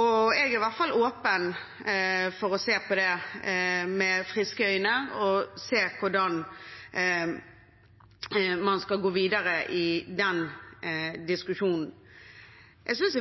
og jeg er i hvert fall åpen for å se på det med friske øyne og se på hvordan man skal gå videre i den diskusjonen. Jeg synes